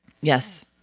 Yes